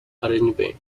arrangement